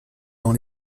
dans